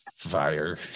fire